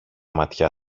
ματιά